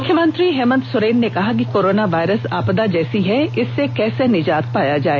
मुख्यमंत्री हेमन्त सोरेन ने कहा कि कोरोना वायरस आपदा जैसी है इससे कैसे निजात पाया जाए